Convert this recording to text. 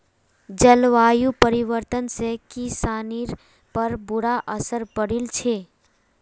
जलवायु परिवर्तन से किसानिर पर बुरा असर पौड़ील छे